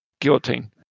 guillotine